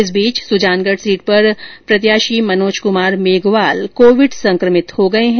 इस बीच सूजानगढ सीट पर कांग्रेस प्रत्याशी मनोज कुमार मेघवाल कोविड संक्रमित हो गये हैं